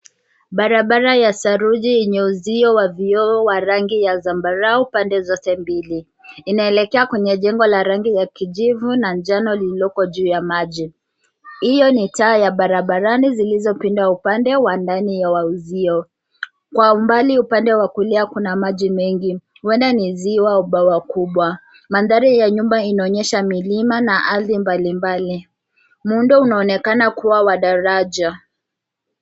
Barabara ya saruji yenye uzio wa vioo wa rangi ya zambarau pande zote mbili. Inaelekea kwenye jengo la rangi ya kijivu na njano lililoko juu ya maji. Iyo ni taa ya barabarani zilizopinda upande wa ndani ya uzio. Kwa umbali upande wa kulia kuna maji mengi huenda ni ziwa au bwawa kubwa. Mandhari ya nyuma inaonyesha milima na ardhi mbalimbali. Muundo unaonekana kuwa wa daraja.